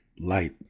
light